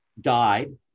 died